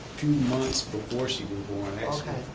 months before she was born